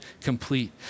complete